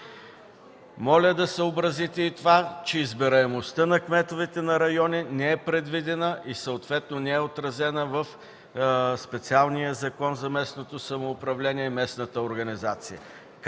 Моля да съобразите и това, че избираемостта на кметове на райони не е предвидена и съответно не е отразена в специалния Закон за местното самоуправление и местната администрация,